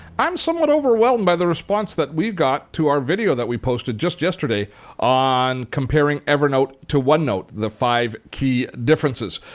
i'm somewhat overwhelmed by the response that we got to our video that we posted just yesterday on comparing evernote to one note, the five key differences.